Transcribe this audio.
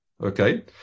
Okay